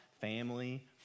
family